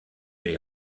elle